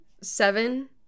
Seven